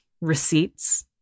receipts